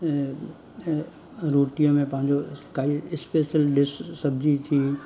रोटीअ में पंहिंजो काई स्पेशल डिश सब़्जी थी